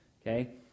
Okay